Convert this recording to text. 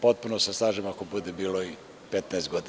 Potpuno se slažem ako bude bilo i 15 godina.